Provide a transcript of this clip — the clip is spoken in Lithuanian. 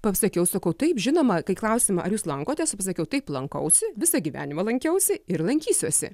pasakiau sakau taip žinoma kai klausiama ar jūs lankotės aš pasakiau taip lankausi visą gyvenimą lankiausi ir lankysiuosi